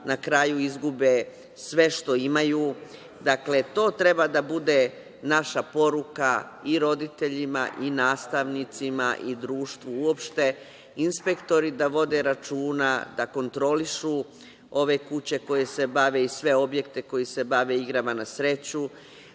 na kraju izgube sve što imaju. Dakle, to treba da bude naša poruka i roditeljima i nastavnicima i društvu uopšte. Inspektori da vode računa, da kontrolišu ove kuće koje se bave i sve objekte koji se bave igrama na sreću.